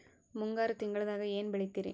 ಮುಂಗಾರು ತಿಂಗಳದಾಗ ಏನ್ ಬೆಳಿತಿರಿ?